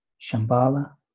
shambhala